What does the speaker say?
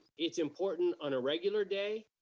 it's important on a regular day.